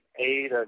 eight